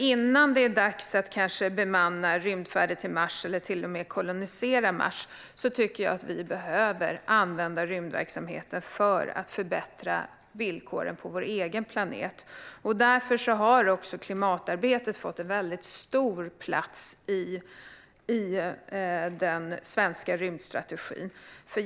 Innan det är dags att bemanna rymdfärder till Mars eller till och med kolonisera Mars tycker jag nämligen att vi behöver använda rymdverksamheten för att förbättra villkoren på vår egen planet. Därför har klimatarbetet fått en väldigt stor plats i den svenska rymdstrategin.